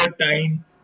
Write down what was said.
time